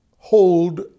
Hold